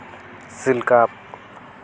shield cup